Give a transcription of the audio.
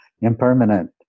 impermanent